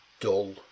Dull